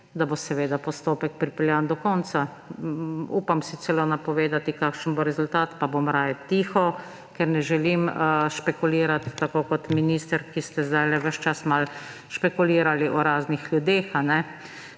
da bo seveda postopek pripeljan do konca. Upam si celo napovedati, kakšen bo rezultat, pa bom raje tiho, ker ne želim špekulirati tako kot minister, ki ste zdajle ves čas malo špekulirali o raznih ljudeh.